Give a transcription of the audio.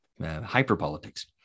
hyperpolitics